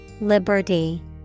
Liberty